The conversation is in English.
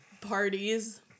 parties